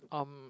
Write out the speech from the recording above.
um